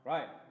Right